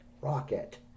Rocket